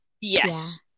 yes